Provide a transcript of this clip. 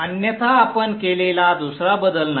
अन्यथा आपण केलेला दुसरा बदल नाही